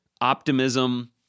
optimism